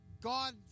God